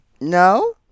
No